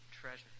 treasure